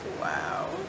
Wow